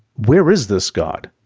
where is this god?